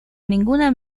ninguna